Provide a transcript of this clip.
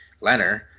Leonard